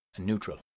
Neutral